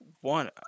One